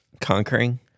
Conquering